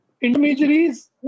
Intermediaries